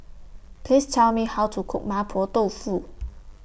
Please Tell Me How to Cook Mapo Tofu